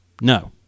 No